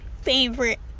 favorite